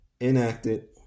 enacted